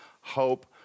hope